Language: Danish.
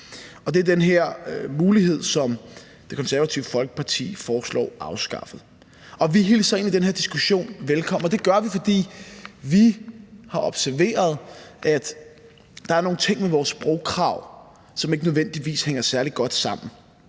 Det er den her mulighed, som Det Konservative Folkeparti foreslår afskaffet. Vi hilser egentlig den her diskussion velkommen. Det gør vi, fordi vi har observeret, at der er nogle ting i vores sprogkrav, som ikke nødvendigvis hænger særlig godt sammen.